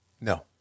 No